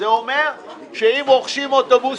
זה אומר שאם רוכשים אוטובוסים,